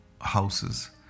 houses